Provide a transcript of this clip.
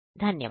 धन्यवाद